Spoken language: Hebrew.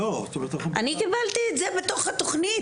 אני קיבלתי את זה בתוך התכנית.